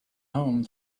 home